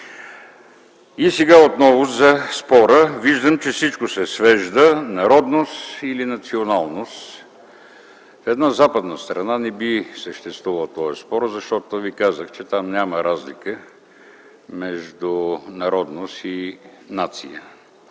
И сега отново за спора – виждам, че всичко се свежда до това „народност” или „националност”. В една западна страна не би съществувал този спор, защото ви казах, че там няма разлика между народност и нация.